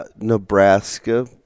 Nebraska